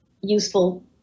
useful